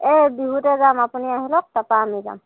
এই বিহুতে যাম আপুনি আহি লওঁক তাৰ পৰা আমি যাম